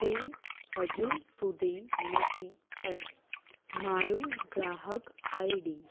તે હજુ સુધી નથી થઈ મારું ગ્રાહક આઇડી